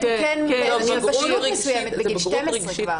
הוא כן באיזושהי בשלות מסוימת בגיל 12 כבר.